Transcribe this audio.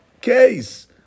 case